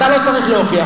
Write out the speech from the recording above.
אתה לא צריך להוכיח.